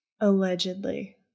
allegedly